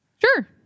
Sure